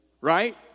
right